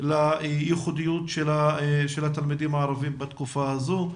לייחודיות התלמידים הערבים בתקופה הזו.